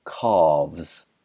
calves